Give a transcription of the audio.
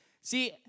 See